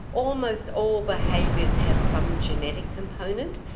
almost all behaviours have some genetic component.